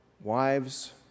Wives